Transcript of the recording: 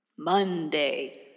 Monday